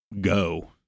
go